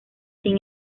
sin